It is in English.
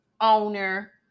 owner